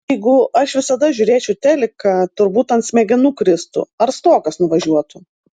jeigu aš visada žiūrėčiau teliką turbūt ant smegenų kristų ar stogas nuvažiuotų